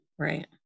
Right